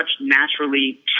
naturally